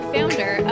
Founder